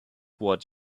what